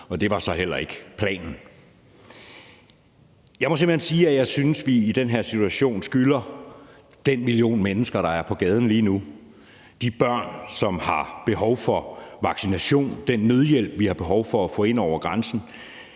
at det så heller ikke var planen. Jeg må simpelt hen sige, at jeg synes, at vi i den her situation skylder den million mennesker, der er på gaden lige nu, og de børn, som har behov for vaccination og den nødhjælp, vi har behov for at få ind over grænsen,